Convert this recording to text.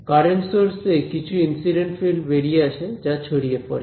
current source থেকে কিছু incident field বেরিয়ে আসে যা ছড়িয়ে পড়ে